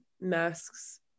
masks